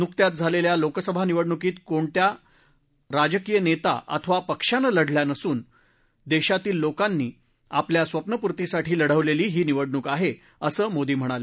न्कत्याच झालेल्या लोकसभा निवडण्का या कोण राजकीय नेता अथवा पक्षांनं लढल्या नसून देशातील लोकांनी आपल्या स्वप्नपूर्तीसाठी लढवलेलीही निवडणूक आहे असं मोदी म्हणाले